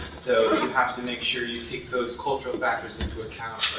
so you have to make sure you take those cultural factors into account,